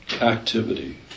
activity